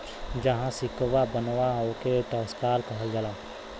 जहाँ सिक्कवा बनला, ओके टकसाल कहल जाला